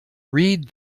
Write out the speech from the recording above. read